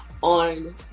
on